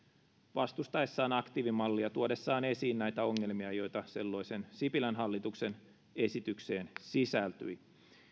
vastustaessaan aktiivimallia tuodessaan esiin näitä ongelmia joita silloisen sipilän hallituksen esitykseen sisältyi